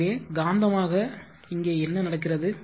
எனவே காந்தமாக இங்கே என்ன நடக்கிறது